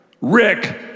Rick